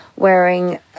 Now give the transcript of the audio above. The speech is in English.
wearing